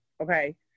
Okay